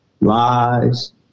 lies